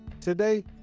Today